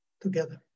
together